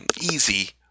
easy